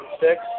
six